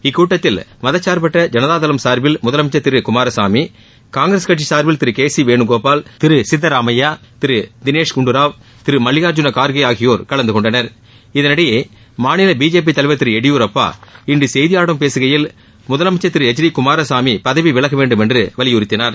இக்கூட்டத்தில் மதசார்பற்ற ஜனதாதளம் சார்பில் முதலமைச்சர் திரு குமாரசாமி காங்கிரஸ் கட்சி சார்பில் திரு கே சி வேணுகோபால் திரு சித்தராமைய்யா திரு தினேஷ் குண்டுராவ் திரு மல்லிகார்ஜுன கார்கே ஆகியோர் கலந்தகொண்டனர் இதனிடையே மாநில பிஜேபி தலைவர் திரு எடியூரப்பா இன்று செய்தியாளர்களிடம் பேசுகையில் முதலமைச்சர் திரு வெறச் டி குமாரசாமி பதவி விலகவேண்டும் என்று வலியுறுத்தினார்